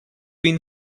been